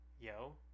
Yo